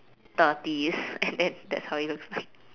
thirties and then that's how it looks like